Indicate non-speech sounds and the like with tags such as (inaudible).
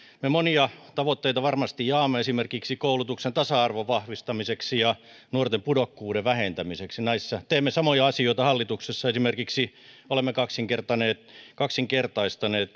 me monia tavoitteita varmasti jaamme esimerkiksi koulutuksen tasa arvon vahvistamisen ja nuorten pudokkuuden vähentämisen näissä teemme samoja asioita hallituksessa esimerkiksi olemme kaksinkertaistaneet kaksinkertaistaneet (unintelligible)